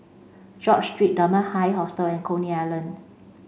George Street Dunman High Hostel and Coney Island